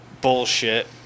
bullshit